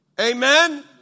Amen